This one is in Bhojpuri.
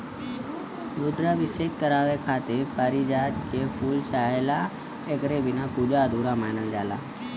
रुद्राभिषेक करावे खातिर पारिजात के फूल चाहला एकरे बिना पूजा अधूरा मानल जाला